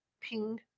Ping